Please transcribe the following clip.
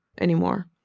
anymore